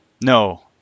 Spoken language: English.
No